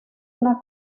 una